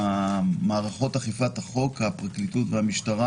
ומערכות אכיפת החוק הפרקליטות והמשטרה